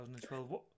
2012